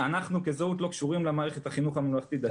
אנחנו כזהות לא קשורים למערכת החינוך הממלכתית-דתית.